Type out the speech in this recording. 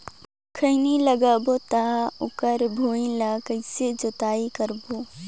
खैनी लगाबो ता ओकर भुईं ला कइसे जोताई करबो?